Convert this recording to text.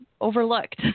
Overlooked